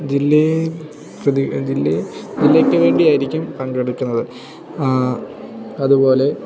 ജില്ലേ പ്രതി ജില്ലേ ജില്ലയ്ക്ക് വേണ്ടിയായിരിക്കും പങ്കെടുക്കുന്നത് അതുപോലെ